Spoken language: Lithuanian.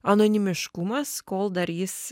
anonimiškumas kol dar jis